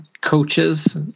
coaches